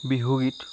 বিহুগীত